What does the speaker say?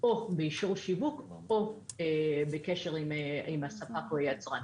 או באישור שיווק או בקשר עם הספק או היצרן,